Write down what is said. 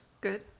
Good